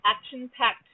action-packed